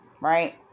right